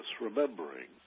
remembering